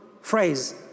phrase